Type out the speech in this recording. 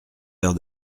verre